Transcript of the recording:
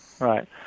right